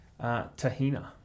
Tahina